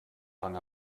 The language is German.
rang